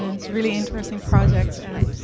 it's really interesting project, and,